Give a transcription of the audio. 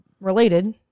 related